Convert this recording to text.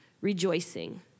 rejoicing